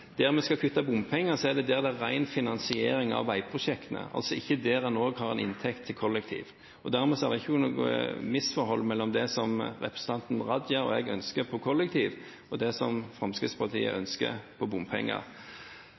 der vi skal kutte i bompenger, er der det er ren finansiering av veiprosjektene, altså ikke der en også har inntekt til kollektivtrafikk. Dermed har det ikke vært noe misforhold mellom det som representanten Raja og jeg ønsker når det gjelder kollektivtrafikk, og det som Fremskrittspartiet ønsker når det gjelder bompenger.